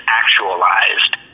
actualized